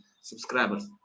subscribers